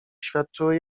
świadczyły